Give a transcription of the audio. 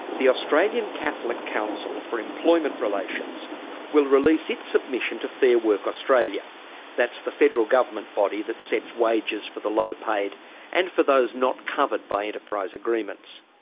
the australian catholic council for employment relations will release its submission to fair work australia that's the federal government body that sets wages for the low paid and for those not covered by enterprise agreements.